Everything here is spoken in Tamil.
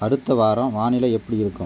அடுத்த வாரம் வானிலை எப்படி இருக்கும்